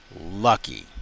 Lucky